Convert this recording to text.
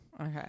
Okay